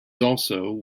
also